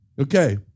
Okay